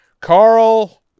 Carl